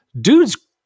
Dude's